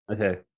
okay